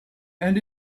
and